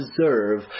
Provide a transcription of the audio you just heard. deserve